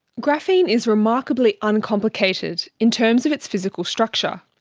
graphene is remarkably uncomplicated in terms of its physical structure.